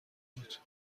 بود